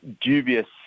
dubious